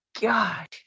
God